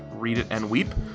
readitandweep